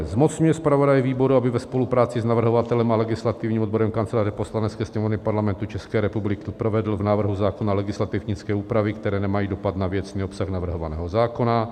Zmocňuje zpravodaje výboru, aby ve spolupráci s navrhovatelem a legislativním odborem Kanceláře Poslanecké sněmovny Parlamentu České republiky provedl v návrhu zákona legislativně technické úpravy, které nemají dopad na věcný obsah navrhovaného zákona.